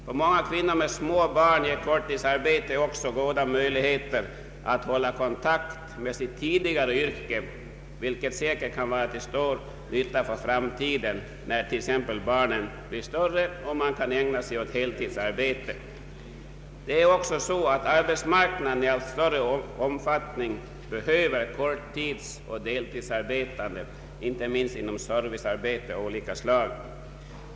För många kvinnor med små barn ger korttidsarbete också goda möjligheter att hålla kontakt med sitt tidigare yrke, vilket säkert kan vara till stor nytta för framtiden, t.ex. när barnen blir större och kvinnorna kan ägna sig åt heltidsarbete. Det är också så att arbetsmarknaden i allt större omfattning behöver korttidsoch deltidsarbetande, inte minst inom servicearbeten av olika slag.